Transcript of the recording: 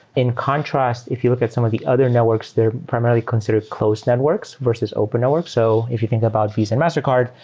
in contrast, if you look at some of the other networks, they're primarily considered closed networks versus open networks. so if you think about visa and mastercard,